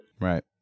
Right